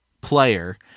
player